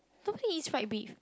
don't feel he eat fried beef